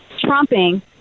trumping